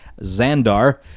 Xandar